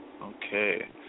Okay